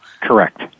Correct